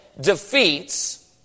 defeats